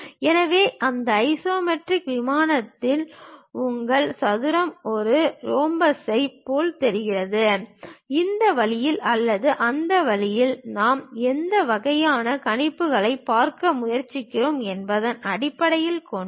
எனவே அந்த ஐசோமெட்ரிக் விமானத்தில் உங்கள் சதுரம் ஒரு ரோம்பஸைப் போல் தெரிகிறது இந்த வழியில் அல்லது அந்த வழியில் நாம் எந்த வகையான கணிப்புகளைப் பார்க்க முயற்சிக்கிறோம் என்பதை அடிப்படையாகக் கொண்டது